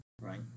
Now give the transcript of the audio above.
Right